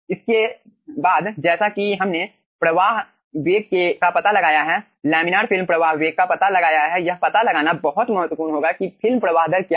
इसके बाद जैसा कि हमने प्रवाह वेग का पता लगाया है लैमिनार फिल्म प्रवाह वेग का पता लगाया है यह पता लगाना बहुत महत्वपूर्ण होगा कि फिल्म प्रवाह दर क्या है